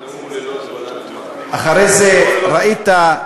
אחרי זה ראית,